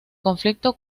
conflicto